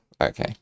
okay